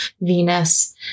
Venus